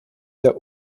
der